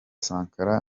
sankara